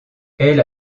elle